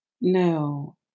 No